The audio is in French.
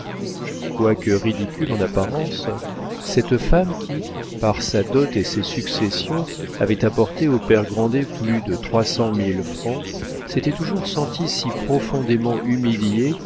quoique ridicule en apparence cette femme qui par sa dot et ses successions avait apporté au père grandet plus de trois cent mille francs s'était toujours sentie si profondément humiliée